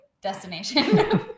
destination